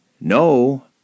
No